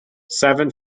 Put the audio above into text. seven